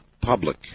public